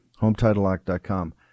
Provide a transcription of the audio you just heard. Hometitlelock.com